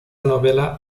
novela